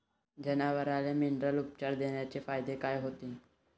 जनावराले मिनरल उपचार देण्याचे फायदे काय होतीन?